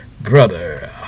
Brother